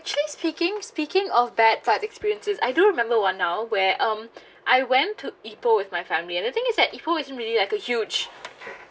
actually speaking speaking of bad bad experiences I do remember one now where um I went to ipoh with my family and the thing is that ipoh isn't really like a huge